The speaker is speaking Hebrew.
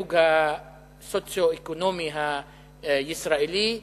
בדירוג הסוציו-אקונומי הישראלי.